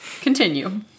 Continue